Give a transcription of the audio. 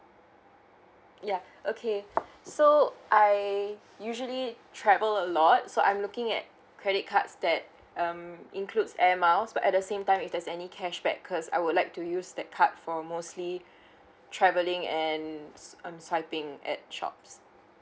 ya okay so I usually travel a lot so I'm looking at credit cards that um includes air miles so at the same time if there's any cashback cause I would like to use that card for mostly traveling and um I think at shops